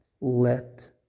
Let